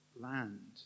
land